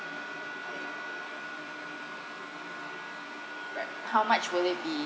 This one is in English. right how much will it be